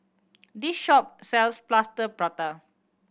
this shop sells Plaster Prata